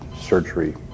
surgery